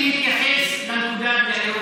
להתייחס לנקודה,